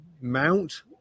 Mount